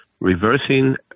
reversing